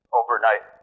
overnight